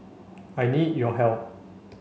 I need your help